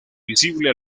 visible